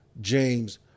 James